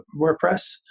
WordPress